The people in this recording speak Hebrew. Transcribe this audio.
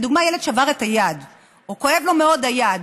ולדוגמה הילד שבר את היד או כואבת לו מאוד היד,